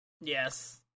Yes